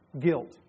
guilt